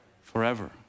Forever